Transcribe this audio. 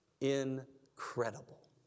Incredible